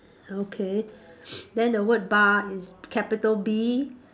okay then the word bar is capital B